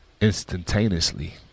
instantaneously